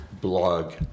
blog